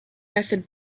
method